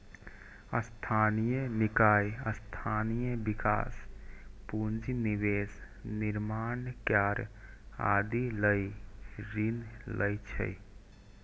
स्थानीय निकाय स्थानीय विकास, पूंजी निवेश, निर्माण कार्य आदि लए ऋण लै छै